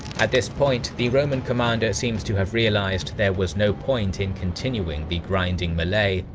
at this point, the roman commander seems to have realised there was no point in continuing the grinding melee,